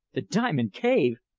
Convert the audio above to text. the diamond cave!